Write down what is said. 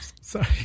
sorry